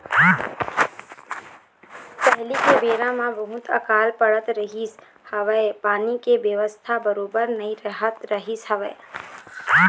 पहिली के बेरा म बहुत अकाल पड़त रहिस हवय पानी के बेवस्था बरोबर नइ रहत रहिस हवय